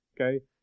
Okay